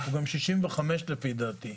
הוא גם 65 לפי דעתי.